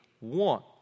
want